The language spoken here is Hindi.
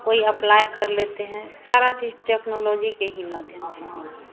कोई अप्लाय कर लेते हैं सारी चीज़ टेक्नोलॉजी के ही माध्यम से